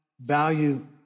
value